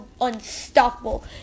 unstoppable